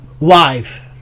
Live